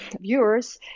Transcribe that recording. viewers